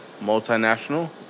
Multinational